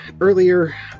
earlier